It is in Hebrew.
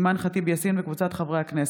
אימאן ח'טיב יאסין וקבוצת חברי הכנסת.